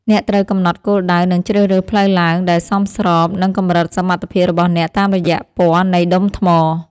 អ្នកត្រូវកំណត់គោលដៅ និងជ្រើសរើសផ្លូវឡើងដែលសមស្របនឹងកម្រិតសមត្ថភាពរបស់អ្នកតាមរយៈពណ៌នៃដុំថ្ម។